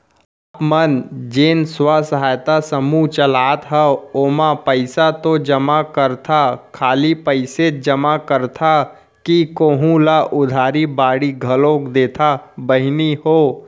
आप मन जेन स्व सहायता समूह चलात हंव ओमा पइसा तो जमा करथा खाली पइसेच जमा करथा कि कोहूँ ल उधारी बाड़ी घलोक देथा बहिनी हो?